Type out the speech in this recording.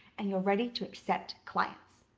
and you're ready to accept clients.